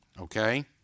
Okay